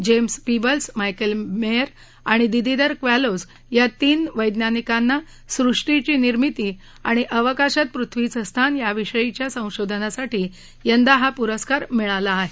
James Peebles Michael Mayor आणि Didier Queloz या तीन वैज्ञानिकांना सृष्टीची निर्मिती आणि अवकाशात पृथ्वीचं स्थान याविषयीच्या संशोधनासाठी यंदा हा पुरस्कार मिळाला आहे